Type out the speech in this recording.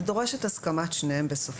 זה דורש את הסכמת שניהם בסופו של דבר.